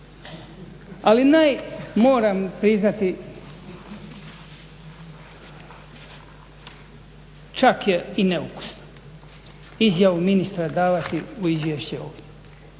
Ali naj, moram priznati čak je i neukusno, izjavu ministra davati u izvješće ovdje